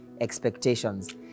expectations